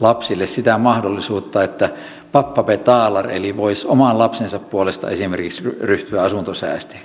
lapsille sitä mahdollisuutta että pappa betalar eli että voisi oman lapsensa puolesta esimerkiksi ryhtyä asuntosäästäjäksi